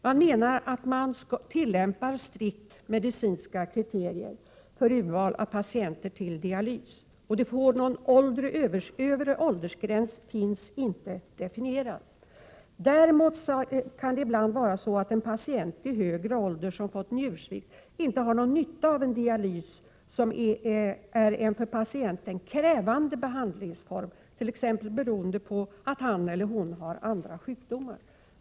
Man menar att man tillämpar strikt medicinska kriterier för urval av patienter till dialysbehandling. Någon övre åldersgräns finns inte definierad. Däremot kan det ibland vara på det sättet att en patient i högre ålder som har fått njursvikt inte har någon nytta av en dialys, som är en för patienten krävande behandlingsform. Det kant.ex. bero på att han eller hon har andra sjukdomar.